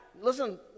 Listen